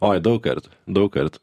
oi daug kartų daug kartų